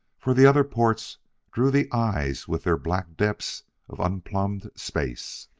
for the other ports drew the eyes with their black depths of unplumbed space.